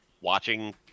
watching